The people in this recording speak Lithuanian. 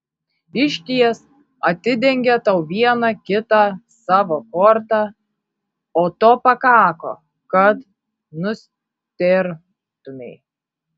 išties atidengė tau vieną kitą savo kortą o to pakako kad nustėrtumei